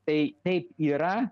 tai taip yra